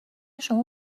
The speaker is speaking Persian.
شما